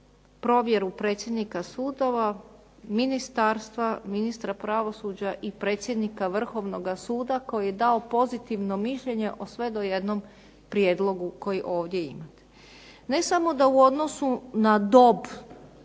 provjeru predsjednika sudova, ministarstva, ministra pravosuđa i predsjednika Vrhovnoga suda koji je dao pozitivno mišljenje o sve do jednom prijedlogu koji ovdje imate. Ne samo da u odnosu na dob